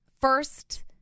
First